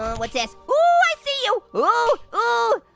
what's this? oh! i see you. oh! oh!